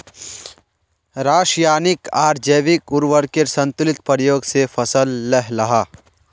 राशयानिक आर जैविक उर्वरकेर संतुलित प्रयोग से फसल लहलहा